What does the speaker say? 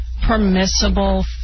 Permissible